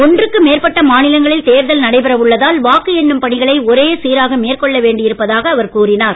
ஒன்றுக்கு மேற்பட்ட மாநிலங்களில் தேர்தல் நடைபெற உள்ளதால் வாக்கு எண்ணும் பணிகளை ஒரே சீராக மேற்கொள்ள வேண்டி இருப்பதாக அவர் கூறினார்